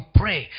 pray